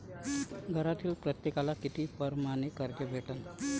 घरातील प्रत्येकाले किती परमाने कर्ज भेटन?